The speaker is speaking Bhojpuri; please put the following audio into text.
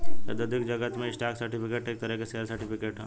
औद्योगिक जगत में स्टॉक सर्टिफिकेट एक तरह शेयर सर्टिफिकेट ह